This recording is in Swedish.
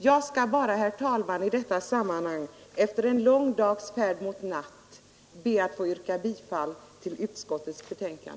Jag vill bara, herr talman, i detta sammanhang efter en lång dags färd mot natt be att få yrka bifall till utskottets hemställan.